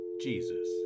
Jesus